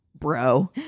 bro